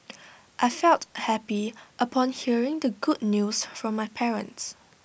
I felt happy upon hearing the good news from my parents